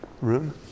room